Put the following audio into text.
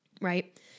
right